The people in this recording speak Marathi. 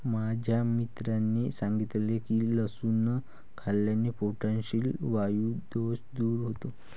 माझ्या मित्राने सांगितले की लसूण खाल्ल्याने पोटातील वायु दोष दूर होतो